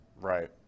right